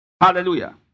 hallelujah